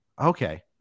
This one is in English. Okay